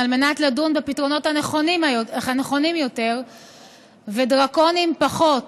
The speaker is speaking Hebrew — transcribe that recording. על מנת לדון בפתרונות נכונים יותר ודרקוניים פחות